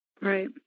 Right